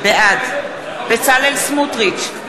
בעד בצלאל סמוטריץ,